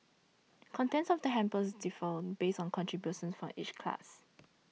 contents of the hampers differed based on contributions from each class